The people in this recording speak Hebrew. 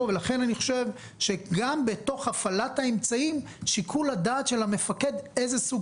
לכן אני חושב שגם בתוך הפעלת האמצעים שיקול הדעת של המפקד איזה סוג